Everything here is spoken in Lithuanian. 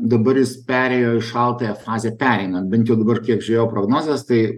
ir dabar jis perėjo į šaltąją fazę pereina bent jau dabar kiek žiūrėjau prognozes tai